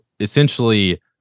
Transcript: essentially